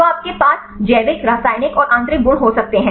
तो आपके पास जैविक रासायनिक और आंतरिक गुण हो सकते हैं